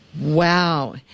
Wow